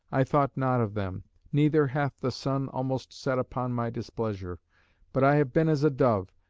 i thought not of them neither hath the sun almost set upon my displeasure but i have been as a dove,